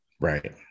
Right